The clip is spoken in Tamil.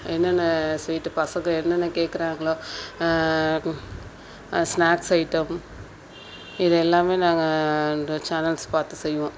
என்னென்ன ஸ்வீட்டு பசங்க என்னென்ன கேட்குறாங்களோ ஸ்நாக்ஸ் ஐட்டம் இது எல்லாமே நாங்கள் இந்த சேனல்ஸ் பார்த்து செய்வோம்